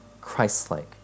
Christ-like